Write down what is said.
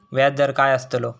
व्याज दर काय आस्तलो?